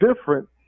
different